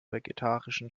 vegetarischen